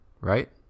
right